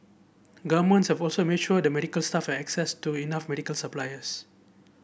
governments have also made sure the medical staff access to enough medical supplies